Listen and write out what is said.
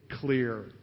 clear